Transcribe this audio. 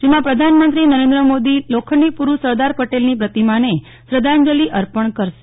જેમાં પ્રધાનમંત્રી નરેન્દ્ર મોદી લોખંડી પુરૂષ સરદાર પટેલની પ્રતિમાને શ્રધ્ધાંજલી અર્પણ કરશે